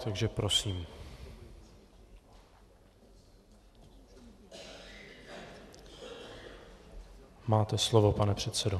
Takže prosím, máte slovo, pane předsedo.